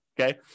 okay